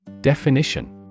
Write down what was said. Definition